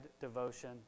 devotion